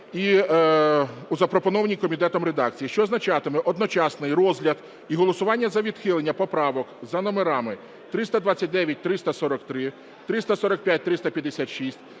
4 у запропонованій комітетом редакції, що означатиме одночасний розгляд і голосування за відхилення поправок за номерами: 329, 343, 345, 356,